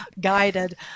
guided